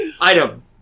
Item